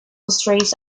strange